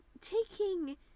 taking